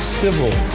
civil